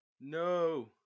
No